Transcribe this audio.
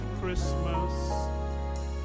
Christmas